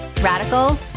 radical